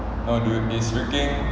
no dude it's freaking